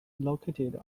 located